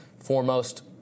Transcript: Foremost